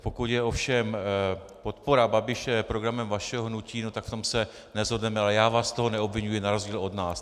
Pokud je ovšem podpora Babiše programem vašeho hnutí, tak v tom se neshodneme, ale já vás z toho neobviňuji na rozdíl od nás.